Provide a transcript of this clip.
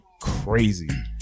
crazy